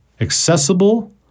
accessible